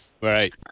right